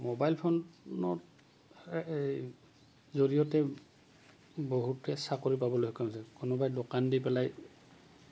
mobile ফোনত জৰিয়তে বহুতে চাকৰি পাবলৈ সক্ষম হৈছে কোনোবাই দোকান দি পেলাই